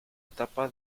etapa